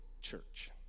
church